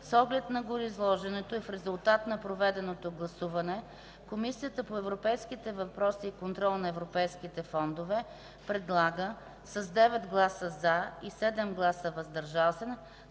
С оглед на гореизложеното и в резултат на проведеното гласуване, Комисията по европейските въпроси и контрол на европейските фондове предлага с 9 гласа „за” и 7 гласа „въздържали